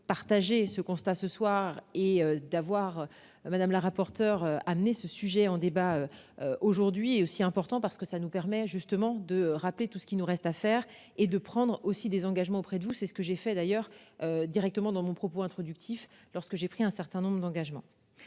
partager ce constat ce soir et d'avoir madame la rapporteure amener ce sujet en débat. Aujourd'hui aussi important parce que ça nous permet justement de rappeler tout ce qu'il nous reste à faire et de prendre aussi des engagements auprès de vous, c'est ce que j'ai fait d'ailleurs. Directement dans mon propos introductif lorsque j'ai pris un certain nombre d'engagements.